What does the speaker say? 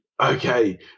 Okay